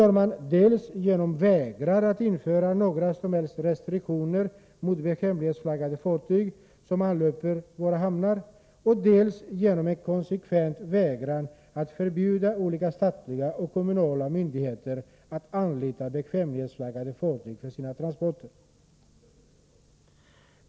Det gör den dels genom att vägra att införa några som helst restriktioner mot bekvämlighetsflaggade fartyg som anlöper våra hamnar, dels genom att konsekvent vägra att förbjuda olika statliga och kommunala myndigheter att anlita bekvämlighetsflaggade fartyg för sina transporter.